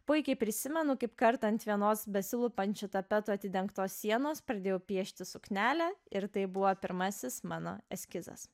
puikiai prisimenu kaip kartą ant vienos besilupančių tapetų atidengtos sienos pradėjau piešti suknelę ir tai buvo pirmasis mano eskizas